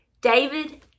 David